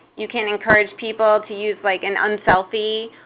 you can encourage people to use like an unselfie,